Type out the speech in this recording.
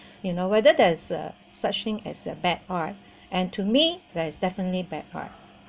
you know whether there's uh such thing as a bad art and to me that's definitely bad art